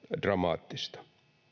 dramaattista